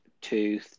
two